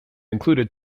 included